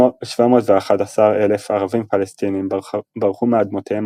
711,000 ערבים-פלסטינים ברחו מאדמותיהם